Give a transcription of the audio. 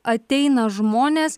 ateina žmonės